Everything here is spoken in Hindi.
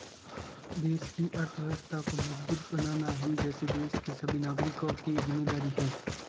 देश की अर्थव्यवस्था को मजबूत बनाना हम जैसे देश के सभी नागरिकों की जिम्मेदारी है